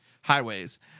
Highways